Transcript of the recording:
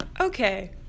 Okay